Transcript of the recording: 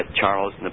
Charles